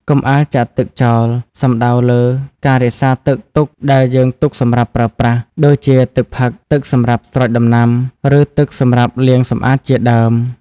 កុំអាលចាក់ទឹកចោល សំដៅលើការរក្សាទឹកទុកដែលយើងទុកសម្រាប់ប្រើប្រាស់ ដូចជាទឹកផឹក ទឹកសម្រាប់ស្រោចដំណាំ ឬទឹកសម្រាប់លាងសម្អាតជាដើម។